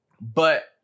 But-